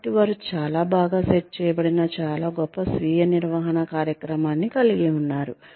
కాబట్టి వారు చాలా బాగా సెట్ చేయబడిన చాలా గొప్ప స్వీయ నిర్వహణ కార్యక్రమాన్ని కలిగి ఉన్నారు